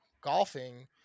golfing